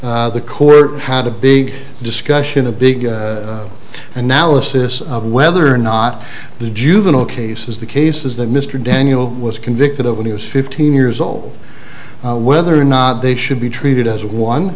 event the court had a big discussion a big analysis of whether or not the juvenile cases the cases that mr daniel was convicted of when he was fifteen years old whether or not they should be treated as one